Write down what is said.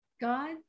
God